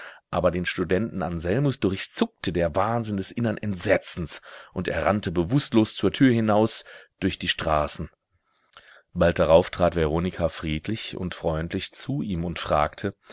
aber den studenten anselmus durchzuckte der wahnsinn des innern entsetzens und er rannte bewußtlos zur tür hinaus durch die straßen mechanisch fand er seine wohnung sein stübchen bald darauf trat veronika friedlich und freundlich zu ihm und fragte